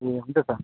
ए हुन्च सर